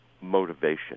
motivation